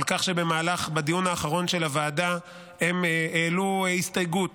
על כך שבמהלך הדיון האחרון של הוועדה הם העלו הסתייגות